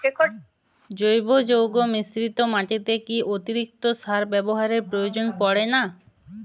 জৈব যৌগ মিশ্রিত মাটিতে কি অতিরিক্ত সার ব্যবহারের প্রয়োজন পড়ে না?